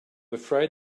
afraid